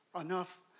enough